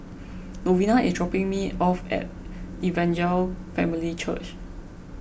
Lovina is dropping me off at Evangel Family Church